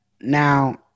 Now